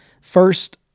first